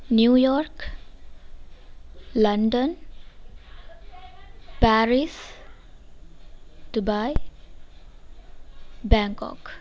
New York London Paris Dubai Bangkok